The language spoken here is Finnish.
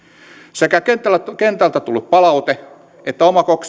sekä kentältä kentältä tullut palaute että oma